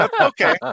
Okay